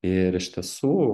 ir iš tiesų